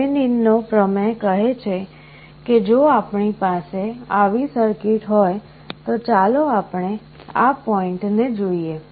થેવેનિનનો પ્રમેય કહે છે કે જો આપણી પાસે આવી સર્કિટ હોય તો ચાલો આપણે આ પોઇન્ટ ને જોઈએ